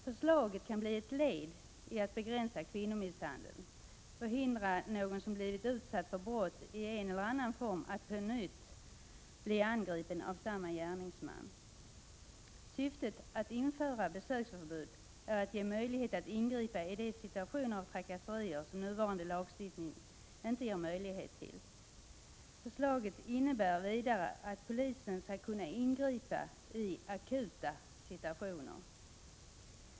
Förslaget kan bli ett led i att begränsa kvinnomisshandeln och att förhindra att någon som blivit utsatt för brott i en eller annan form på nytt bli angripen av samma gärningsman. Syftet med att införa besöksförbud är att ge möjligheter att ingripa i de situationer av trakasserier som nuvarande lagstiftning inte ger möjlighet till. Förslaget innebär vidare att polisen skall kunna ingripa i akuta situationer.